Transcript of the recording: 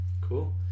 cool